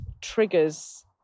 triggers